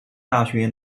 大学